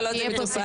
כל עוד זה מטופל.